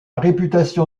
réputation